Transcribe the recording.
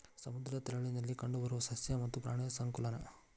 ಸಮುದ್ರದ ತೇರಗಳಲ್ಲಿ ಕಂಡಬರು ಸಸ್ಯ ಮತ್ತ ಪ್ರಾಣಿ ಸಂಕುಲಾ